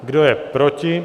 Kdo je proti?